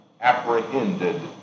apprehended